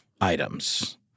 items